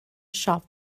siop